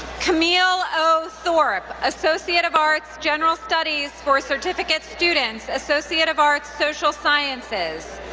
camille o. thorpe, associate of arts, general studies for certificate students, associate of arts, social sciences,